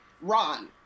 Ron